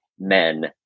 men